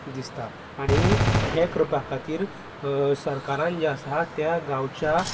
दिसता आनी हे करपा खातीर सरकारान जे आसा त्या गांवच्या